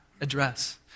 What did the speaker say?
address